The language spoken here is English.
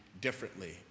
differently